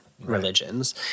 religions